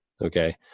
Okay